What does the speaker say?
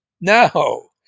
No